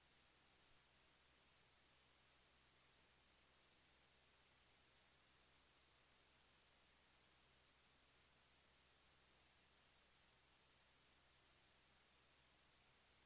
Jag ser det som ett naturligt inslag för dem som har bestämt sig för att följa den linjen. Vi har ju tills vidare bestämt oss för en annan linje.